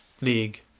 League